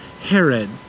Herod